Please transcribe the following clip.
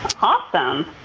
awesome